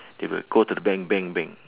they will go to the bank bank bank